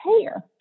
care